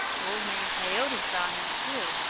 old man coyote saw him too,